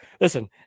Listen